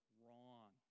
wrong